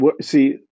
see